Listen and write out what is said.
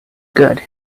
good